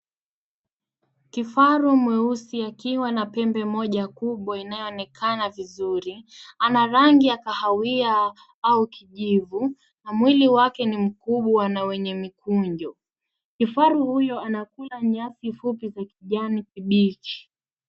Kifaru mweusi akiwa na pembe moja kubwa inayoonekana vizuri, ana rangi ya kahawia au kijivu na mwili wake ni mkubwa na wenye mikunjo. Kifaru huyo anakula nyasi fupi za kijani kibichi.